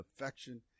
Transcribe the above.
affection